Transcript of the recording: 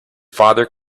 father